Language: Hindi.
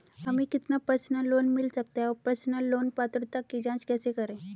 हमें कितना पर्सनल लोन मिल सकता है और पर्सनल लोन पात्रता की जांच कैसे करें?